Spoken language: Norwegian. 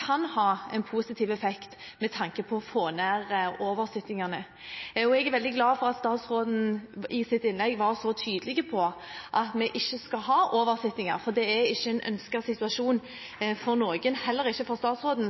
kan ha en positiv effekt, med tanke på å få ned antall oversittinger. Jeg er veldig glad for at statsråden i sitt innlegg var så tydelig på at vi ikke skal ha oversittinger, for det er ikke en ønsket situasjon for noen, heller ikke for statsråden,